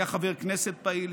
היה חבר כנסת פעיל,